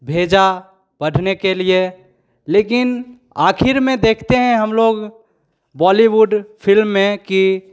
भेजा पढ़ने के लिए लेकिन आखिर में देखते हैं हम लोग बॉलीवुड फिल्म में कि